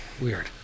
Weird